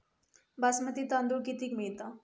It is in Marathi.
बासमती तांदूळ कितीक मिळता?